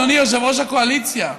אדוני יושב-ראש הקואליציה.